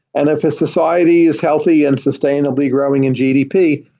and if a society is healthy and sustainably growing in gdp,